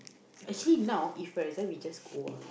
actually now for example we just go ah